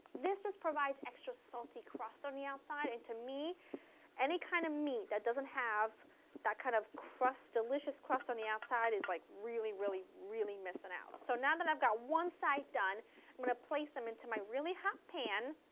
this just provides extra salty crust on the outside and to me any kind of meat that doesn't have that kind of delicious crust on the outside is like really really missing out, so now that i've got one side done i'm going to place them into my really hot pan.